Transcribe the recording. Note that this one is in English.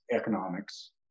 economics